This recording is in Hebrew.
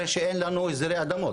הרי שאין לנו הסדרי אדמות.